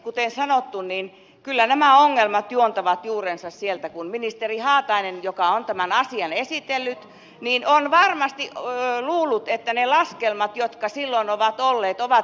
kuten sanottu kyllä nämä ongelmat juontavat juurensa sieltä kun ministeri haatainen joka on tämän asian esitellyt on varmasti luullut että ne laskelmat jotka silloin ovat olleet ovat relevantteja